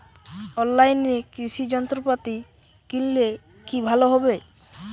অনলাইনে কৃষি যন্ত্রপাতি কিনলে কি ভালো হবে?